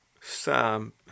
Sam